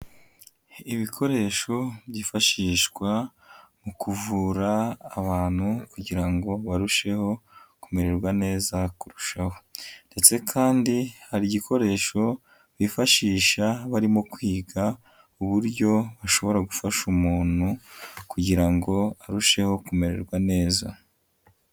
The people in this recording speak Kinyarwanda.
Ibikoresho byifashishwa mu kuvura abantu kugira ngo barusheho kumererwa neza kurushaho ndetse kandi hari igikoresho bifashisha barimo kwiga uburyo bashobora gufasha umuntu kugira ngo arusheho kumererwa neza.